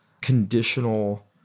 conditional